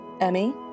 Emmy